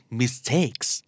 mistakes